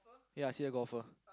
ya I see the golfer